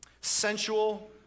sensual